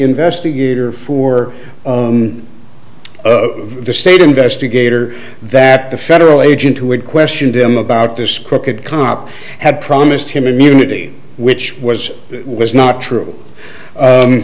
investigator for the state investigator that the federal agent who had questioned him about this crooked cop had promised him immunity which was was not true